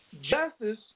justice